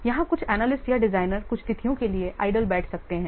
यहां कुछ एनालिस्ट या डिज़ाइनर कुछ तिथियों के लिए बेकार बैठ सकते हैं